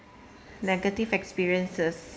negative experiences